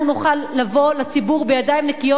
אנחנו נוכל לבוא לציבור בידיים נקיות